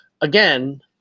again